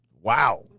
Wow